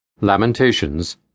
Lamentations